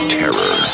terror